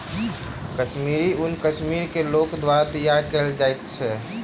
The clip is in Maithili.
कश्मीरी ऊन कश्मीरक लोक द्वारा तैयार कयल जाइत अछि